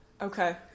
Okay